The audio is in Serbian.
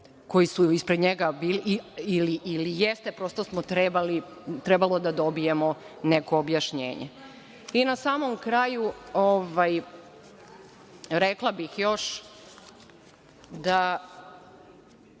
koji su ispred njega bili, ili jeste, prosto smo trebali da dobijemo neko objašnjenje. Na samom kraju, rekla bih još da